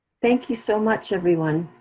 thank you so much everyone,